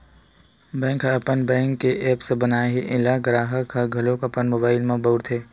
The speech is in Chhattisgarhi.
बैंक ह अपन बैंक के ऐप्स बनाए हे एला गराहक ह घलोक अपन मोबाइल म बउरथे